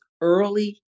early